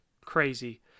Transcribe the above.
crazy